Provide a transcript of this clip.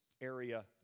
area